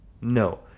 No